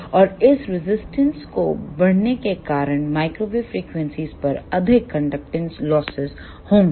और इस रजिस्टेंस के बढ़ने के कारण माइक्रोवेव फ्रीक्वेंसीयों पर अधिक कंडक्टर लॉसेस होंगे